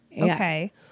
Okay